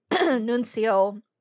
nuncio